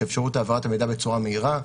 שאפשרות העברת המידע נעשית בצורה מהירה,